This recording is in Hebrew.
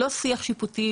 לא שיח שיפוטי,